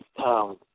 town